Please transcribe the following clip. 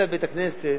הריסת בית-הכנסת,